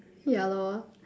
ya lor